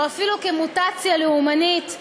או אפילו כמוטציה לאומנית,